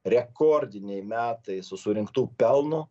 rekordiniai metai su surinktu pelnu